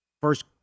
first